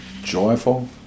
joyful